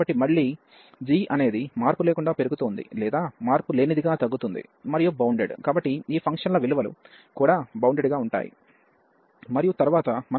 కాబట్టి మళ్ళీ g అనేది మార్పు లేకుండా పెరుగుతోంది లేదా మార్పులేనిదిగా తగ్గుతుంది మరియు బౌండెడ్ కాబట్టి ఈ ఫంక్షన్ల విలువలు కూడా బౌండెడ్ గా ఉంటాయి మరియు తరువాత మనకు ఈ g 0ఉంటుంది